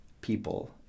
people